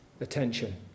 attention